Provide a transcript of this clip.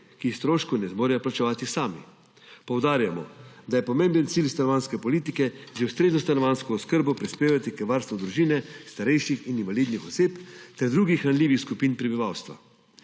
ki stroškov ne zmorejo plačevati sami. Poudarjamo, da je pomemben cilj stanovanjske politike z ustrezno stanovanjsko oskrbo prispevati k varstvu družine, starejših in invalidnih oseb ter drugih ranljivih skupin prebivalstva.